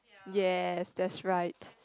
yes that's right